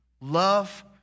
love